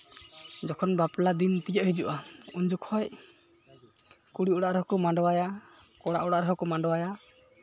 ᱡᱚᱠᱷᱚᱱ ᱵᱟᱯᱞᱟ ᱫᱤᱱ ᱛᱤᱭᱳᱜ ᱦᱤᱡᱩᱜᱼᱟ ᱩᱱ ᱡᱚᱠᱷᱚᱡ ᱠᱩᱲᱤ ᱚᱲᱟᱜ ᱨᱮᱦᱚᱸ ᱠᱚ ᱢᱟᱸᱰᱣᱟᱭᱟ ᱠᱚᱲᱟ ᱚᱲᱟᱜ ᱨᱮᱦᱚᱸ ᱠᱚ ᱢᱟᱸᱰᱣᱟᱭᱟ